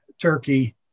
Turkey